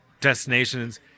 destinations